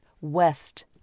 west